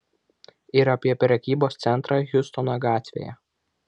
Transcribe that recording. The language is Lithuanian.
ir apie prekybos centrą hjustono gatvėje